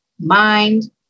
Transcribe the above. mind